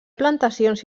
plantacions